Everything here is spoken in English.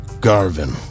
Garvin